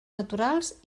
naturals